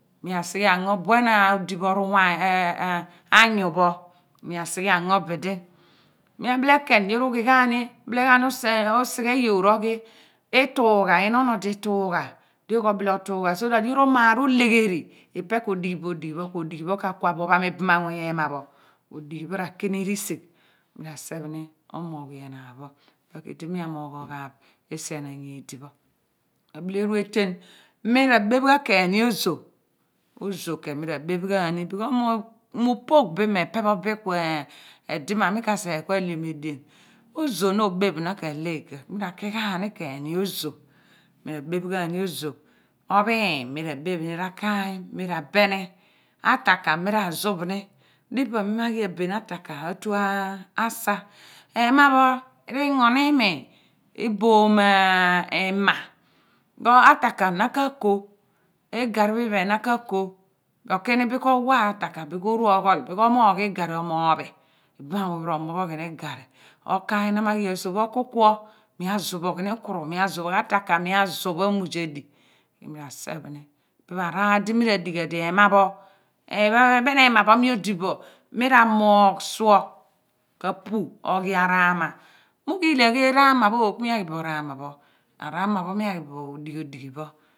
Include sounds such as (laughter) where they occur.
Mi asi ghe ango buen odi bo in me (hesitation) ango pho mi asighe ango bidi mi abile inhen yoor ughi ghaani bile ghaani (unintelligible) usighe iyoor oghi iitugha inon odo iitugha di yoor ko bile otugha so that yoor amaa oleghiri ipe ko dighi bo odghi pho ku odighi pho ka kha bo ophan ibamanunny ema odighi pho reki mi risigh mira seph ni omoghwe bnaan pho ipe ku idi mi mogh oghaaph isien anyidipho ebile eru eten mira beph ghan khen ni ozoh ozoh ahen mira beph ghaani b/kos mu mi upogh bin me pe pho bin ku edi me mi ka sighe kualiom edien ku ozoh na obeph na ka leh ika ni ra ki ghaani khen ni ozoh mira beph ghaani ozoh ophiiny mira bephni rakaany mira beni ataka mira zuphni adighi pa mi ma ghi aben ataka atu asa ema pho rengo ni ma oboom (hesitation) ima iphen na kue no ro hini bin lo wa ataka bin lu oru oghel biu kin mogh igar omoorhg ibamanmunny ro mophoghi ni igarri ohaany na ma ghi akph ohu kuo mi azuphoghni ukro mi azuphoghni ataka mi azaph amnzedi mi ra sephni ipe pho araar di mi ra dighi ghan di ema pho (hesitation) ephen ema m odi bo mi ra mogh suo ka pu oghi araama mi ughili agheel aama pho araama pho mi aghi bo odighi odighi pho